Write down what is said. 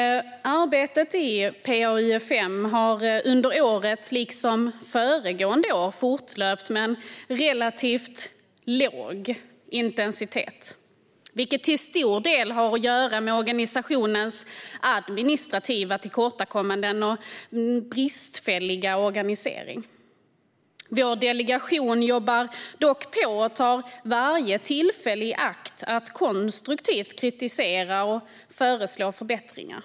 Arbetet i PA-UfM har under året, liksom förgående år, fortlöpt med en relativt låg intensitet. Det har till stor del att göra med organisationens administrativa tillkortakommanden och bristfälliga organisering. Vår delegation jobbar dock på och tar varje tillfälle i akt att konstruktivt kritisera och föreslå förbättringar.